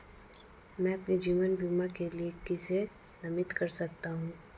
मैं अपने जीवन बीमा के लिए किसे नामित कर सकता हूं?